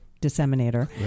disseminator